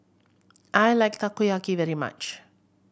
I like Takoyaki very much